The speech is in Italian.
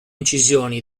incisioni